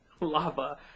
Lava